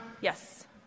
Yes